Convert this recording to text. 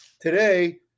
Today